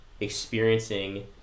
experiencing